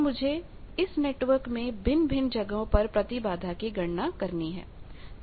तो मुझे इस नेटवर्क में भिन्न भिन्न जगहों पर प्रतिबाधा impedanceइम्पीडेन्स की गणना करनी है